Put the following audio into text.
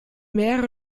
mehrere